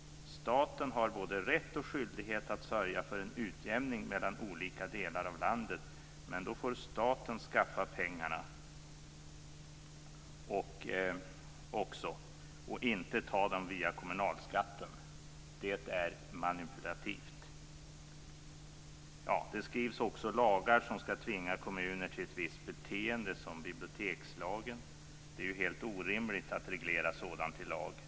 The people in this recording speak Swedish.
Staten har både rätt och skyldighet att sörja för en utjämning mellan olika delar av landet. Men då får staten skaffa pengarna också och inte ta dem via kommunalskatten. Det är manipulativt." Det skrivs också lagar som ska tvinga kommuner till ett visst beteende, som bibliotekslagen. Det är ju helt orimligt att reglera sådant i lag.